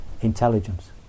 intelligence